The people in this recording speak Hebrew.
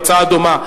הצעה דומה,